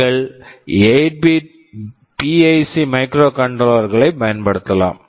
நீங்கள் 8 bit 8 bit PIC PIC microcontroller microcontroller களைப் பயன்படுத்தலாம்